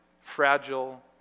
Fragile